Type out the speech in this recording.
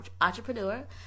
entrepreneur